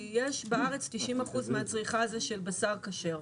כי בארץ 90% מהצריכה היא של בשר כשר.